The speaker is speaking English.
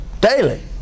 Daily